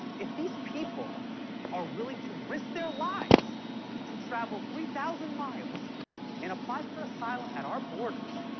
if these people are willing to risk their lives to travel three thousand miles and apply for asylum at our borders,